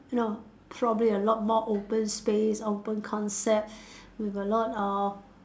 no probably a lot more open space open concept with a lot of